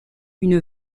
une